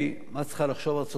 מה צריכה לחשוב ארצות-הברית,